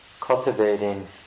cultivating